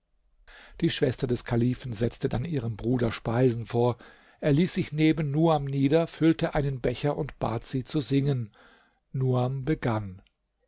die schwester des kalifen setzte dann ihrem bruder speisen vor er ließ sich neben nuam nieder füllte einen becher und bat sie zu singen nuam begann